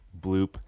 bloop